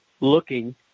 looking